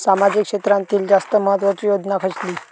सामाजिक क्षेत्रांतील जास्त महत्त्वाची योजना खयची?